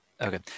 Okay